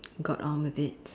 got on with it